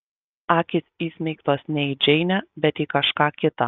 akys įsmeigtos ne į džeinę bet į kažką kitą